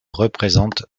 représente